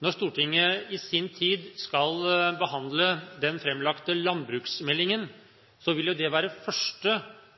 når Stortinget etter hvert skal behandle den framlagte landbruksmeldingen, vil det være en første